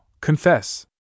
confess